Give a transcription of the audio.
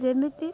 ଯେମିତି